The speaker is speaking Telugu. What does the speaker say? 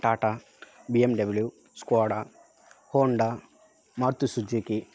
Tata BMW Skoda Honda Maruti Suzuki